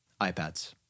iPads